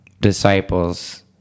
disciples